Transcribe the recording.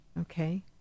Okay